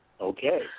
Okay